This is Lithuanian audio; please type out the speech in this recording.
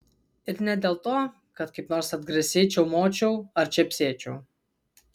ir ne dėl to kad kaip nors atgrasiai čiaumočiau ar čepsėčiau